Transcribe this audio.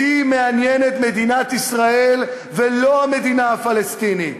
אותי מעניינת מדינת ישראל, לא המדינה הפלסטינית.